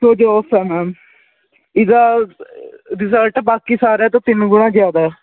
ਆ ਮੈਮ ਇਹਦਾ ਰਿਜਲਟ ਬਾਕੀ ਸਾਰਿਆਂ ਤੋਂ ਤਿੰਨ ਗੁਣਾ ਜ਼ਿਆਦਾ